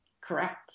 Correct